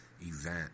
event